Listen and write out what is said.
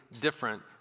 different